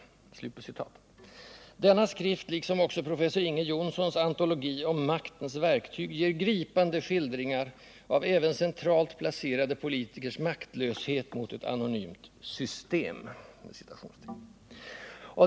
Denna skrift, liksom också professor Inge Jonssons antologi om Maktens verktyg, ger gripande skildringar av även centralt placerade politikers maktlöshet mot ett anonymt ”system”.